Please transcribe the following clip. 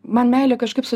man meilė kažkaip su